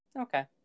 Okay